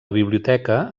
biblioteca